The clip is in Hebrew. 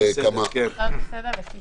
הצעה לסדר, אדוני.